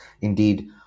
indeed